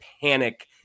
panic